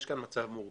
יש פה מצב מורכב